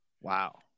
wow